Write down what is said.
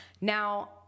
Now